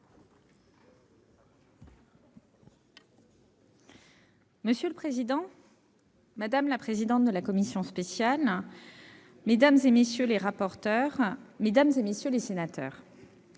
Monsieur le président, madame la présidente de la commission spéciale, madame, messieurs les rapporteurs, mesdames, messieurs les sénateurs,